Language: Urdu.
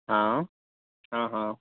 ہاں ہاں ہاں